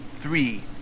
three